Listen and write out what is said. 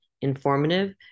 informative